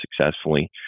successfully